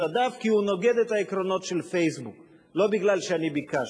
הדף כי הוא נוגד את העקרונות של "פייסבוק"; לא כי אני ביקשתי,